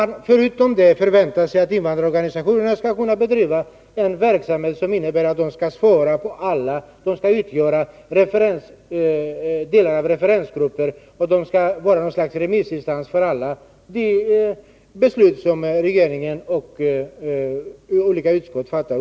Förutom detta förväntar man sig att invandrarorganisationerna skall utgöra delar av referensgrupper och vara något slags remissinstans för alla beslut som regeringen och olika utskott fattar.